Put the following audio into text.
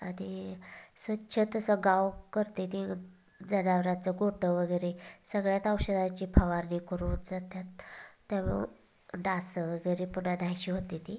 आणि स्वच्छ तसं गाव करत्याती जनावरांचा गोठं वगैरे सगळ्यात औषधांची फवारणी करून जातात त्यामुळं डास वगैरे पूर्ण नाहीशी होताती